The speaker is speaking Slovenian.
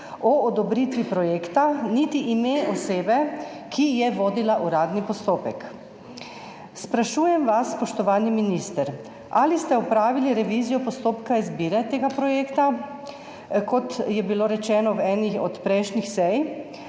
o odobritvi projekta niti ime osebe, ki je vodila uradni postopek. Sprašujem vas, spoštovani minister: Ali ste opravili revizijo postopka izbire tega projekta, kot je bilo rečeno na eni od prejšnjih sej?